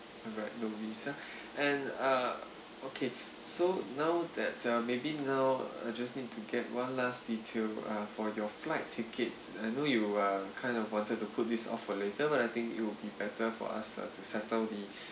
alright no visa and uh okay so now that uh maybe now I just need to get one last detail uh for your flight tickets I know you uh kind of wanted to put this off for later but I think it will be better for us uh to settle the